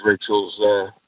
Rachel's